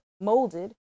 molded